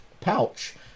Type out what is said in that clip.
pouch